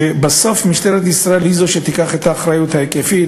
ובסוף משטרת ישראל היא זו שתיקח את האחריות ההיקפית,